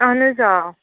اہن حظ آ